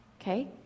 Okay